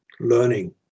learning